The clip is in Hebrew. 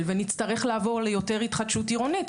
ונצטרך לעבור ליותר התחדשות עירונית,